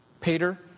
Peter